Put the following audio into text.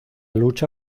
lucha